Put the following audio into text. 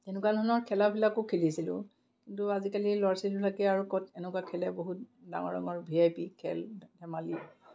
তেনেকুৱা ধৰণৰ খেলাবিলাকো খেলিছিলোঁ কিন্তু আজিকালিৰ ল'ৰা ছোৱালীবিলাকে আৰু ক'ত এনেকুৱা খেলে বহুত ডাঙৰ ভি আই পি খেল আমাৰ